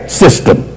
system